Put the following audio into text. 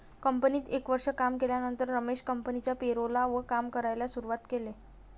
कंपनीत एक वर्ष काम केल्यानंतर रमेश कंपनिच्या पेरोल वर काम करायला शुरुवात केले